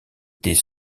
des